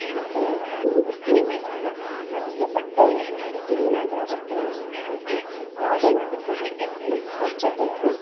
ಮತ್ತೆ ಹೇಳ್ತಿದ್ದೀನಿ ಬಿಸ್ನೀರು ಮುಟ್ಟುವಾಗ ಅದಕ್ಕೆ ಬಟ್ಟೆ ಯೂಸ್ ಮಾಡಿ ಕ್ಲೀನಾಗಿರೋ ಬಟ್ಟೆ ಯೂಸ್ ಮಾಡಬೇಕು ಯಾವುದೇ ಮಾಡಬೇಕು ಅಡ್ಗೆ ಮನೇಲಿ ಸ್ವಚ್ಛತೆಯನ್ನು